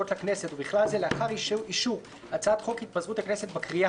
(בחירות)" חוק הרשויות המקומיות (בחירות),